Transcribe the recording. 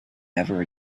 never